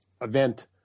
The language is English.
event